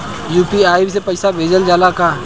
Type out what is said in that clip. UPI से पईसा भेजल जाला का?